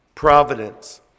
Providence